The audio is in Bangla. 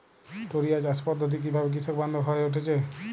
টোরিয়া চাষ পদ্ধতি কিভাবে কৃষকবান্ধব হয়ে উঠেছে?